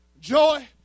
Joy